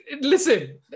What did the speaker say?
listen